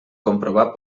comprovar